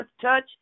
touch